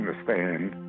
understand